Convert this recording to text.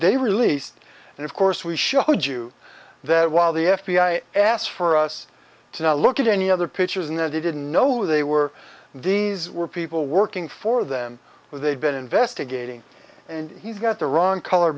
they released and of course we showed you that while the f b i asked for us to look at any other pictures and that they didn't know who they were these were people working for them they'd been investigating and he's got the wrong color